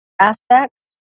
aspects